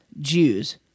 Jews